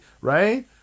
Right